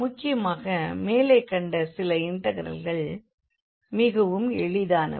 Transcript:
முக்கியமாக மேலே கண்ட சில இண்டெக்ரல்கள் மிகவும் எளிதானவை